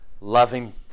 loving